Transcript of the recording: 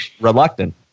reluctant